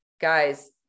Guys